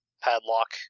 padlock